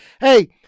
Hey